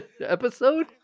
episode